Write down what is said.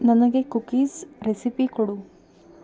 ನನಗೆ cookies recipe ಕೊಡು